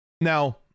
Now